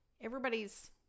everybody's